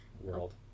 world